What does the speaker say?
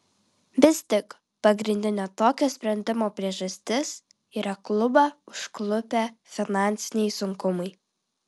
vis tik pagrindinė tokio sprendimo priežastis yra klubą užklupę finansiniai sunkumai